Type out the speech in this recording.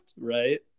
right